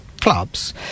clubs